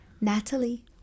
Natalie